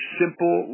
simple